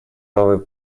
новый